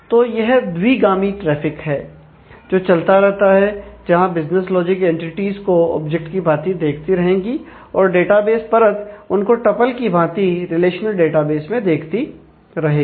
तो यह द्वी गामी ट्राफिक है जो चलता रहता है जहां बिजनेस लॉजिक एंटिटीज को ऑब्जेक्ट की भांति देखती रहेंगी और डेटाबेस परत उनको टप्पल की भांति रिलेशनल डेटाबेस में देखती रहेगी